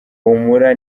humura